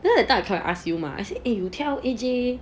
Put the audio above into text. the I thought I come and ask you mah eh you tell A_J